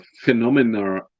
phenomena